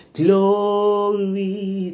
glory